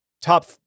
Top